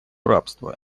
рабства